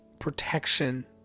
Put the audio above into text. protection